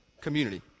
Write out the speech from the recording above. community